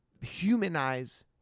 humanize